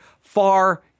far